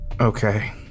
Okay